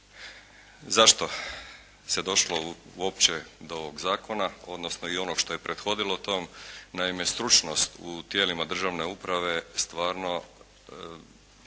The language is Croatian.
zašto se došlo uopće do ovog zakona odnosno i onog što je prethodilo tom. Naime, stručnost u tijelima državne uprave stvarno je